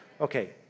Okay